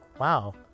wow